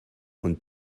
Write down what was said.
und